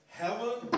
heaven